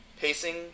pacing